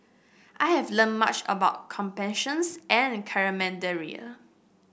I have learned much about compassion and camaraderie